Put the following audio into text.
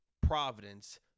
Providence